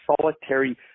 solitary